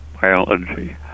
biology